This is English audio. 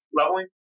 leveling